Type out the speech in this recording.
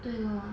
对 lor